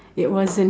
it wasn't